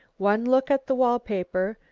one look at the wall paper,